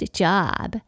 job